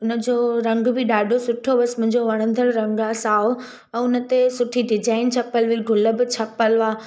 उनजो रंग बि ॾाढो सुठो हुयसि मुंहिंजो वणंदड़ रंग आहे साओ ऐं हुनते सुठी डिजाइन छपियलु ग़ुल बि छपियलु हुआ